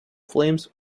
flames